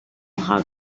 how